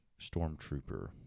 stormtrooper